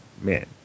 man